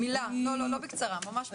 לא בקצרה, ממש מילה.